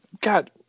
god